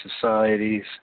societies